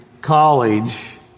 college